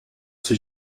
ses